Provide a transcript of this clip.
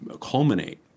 culminate